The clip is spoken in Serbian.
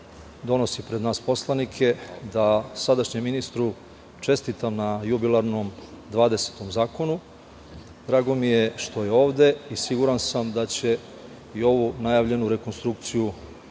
donosi pred nas poslanike, da sadašnjem ministru čestitam na jubilarnom 20 zakonu. Drago mi je što je ovde, i siguran sam da će i ovu najavljenu rekonstrukciju,